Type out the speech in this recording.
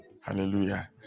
hallelujah